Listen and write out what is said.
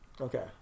Okay